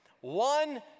one